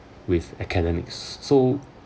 with academics so